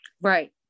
Right